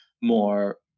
more